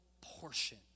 portion